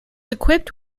equipped